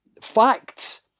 facts